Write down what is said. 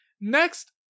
Next